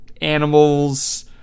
Animals